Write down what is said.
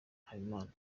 habimana